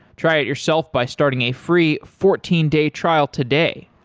try it yourself by starting a free fourteen day trial today.